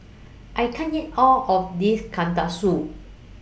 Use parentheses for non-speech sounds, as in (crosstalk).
I can't eat All of This (unintelligible)